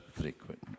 frequent